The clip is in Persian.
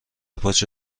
پاچه